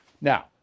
Now